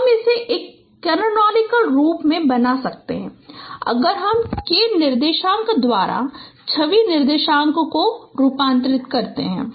तो हम इसे एक कैनोनिकल रूप में बना सकते हैं अगर हम k निर्देशन द्वारा छवि निर्देशांक को रूपांतरित करते हैं